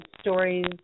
stories